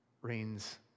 reigns